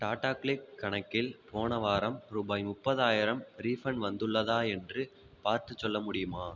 Tata Cliq கணக்கில் போன வாரம் ரூபாய் முப்பதாயிரம் ரீஃபண்ட் வந்துள்ளதா என்று பார்த்துச் சொல்ல முடியுமா